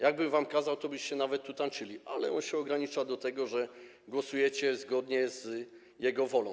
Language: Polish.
Jakby wam kazał, byście nawet tu tańczyli, ale on się ogranicza do tego, że głosujecie zgodnie z jego wolą.